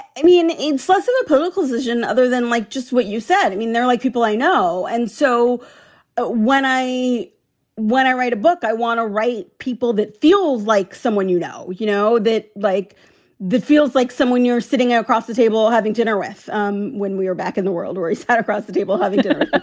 i mean, it's less of a political decision other than, like, just what you said. i mean, they're like people i know. and so ah when i when i write a book, i want to write people that feels like someone you know. you know, that like that feels like someone you're sitting ah across the table having dinner with. um when we were back in the world, we sat across the table having dinner.